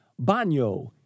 banyo